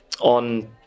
on